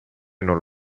non